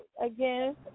Again